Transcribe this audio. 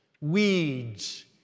weeds